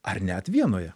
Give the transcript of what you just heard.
ar net vienoje